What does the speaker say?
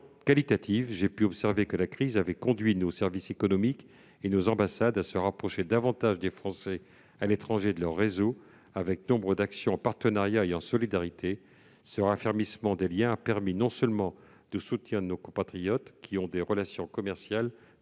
de manière plus qualitative, la crise a conduit nos services économiques et nos ambassades à se rapprocher davantage des Français de l'étranger et de leurs réseaux avec nombre d'actions en partenariat et en solidarité. Ce raffermissement des liens a permis non seulement de soutenir nos compatriotes, qui ont des relations commerciales